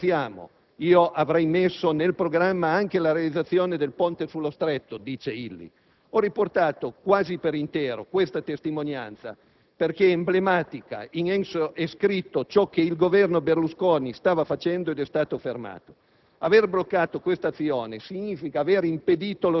e che basterebbe migliorare le vecchie linee. Non scherziamo! Illy dice che avrebbe messo nel programma anche la realizzazione del Ponte sullo Stretto. Ho riportato quasi per intero questa testimonianza perché è emblematica; in essa è scritto ciò che il Governo Berlusconi stava facendo ed è stato fermato.